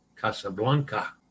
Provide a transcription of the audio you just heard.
Casablanca